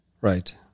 Right